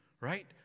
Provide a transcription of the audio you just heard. right